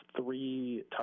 three